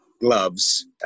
gloves